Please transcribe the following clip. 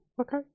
Okay